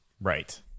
Right